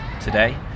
today